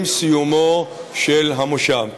עם סיומו של המושב.